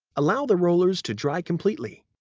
allow the rollers to dry completely.